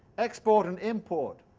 export and import,